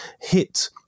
hit